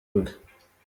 bwe